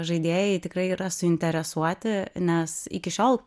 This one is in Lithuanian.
žaidėjai tikrai yra suinteresuoti nes iki šiol